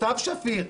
סתיו שפיר,